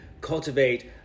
cultivate